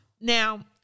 Now